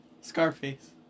Scarface